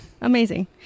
Amazing